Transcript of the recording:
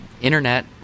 internet